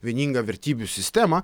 vieningą vertybių sistemą